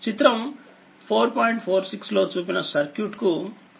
46 లో చూపిన సర్క్యూట్ కు థీవెనిన్ సమానమైనది కనుగొనండి